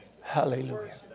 Hallelujah